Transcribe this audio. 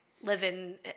living